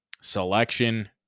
selection